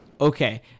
Okay